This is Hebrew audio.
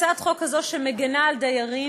הצעת חוק כזאת שמגינה על הדיירים,